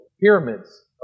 pyramids